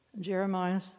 Jeremiah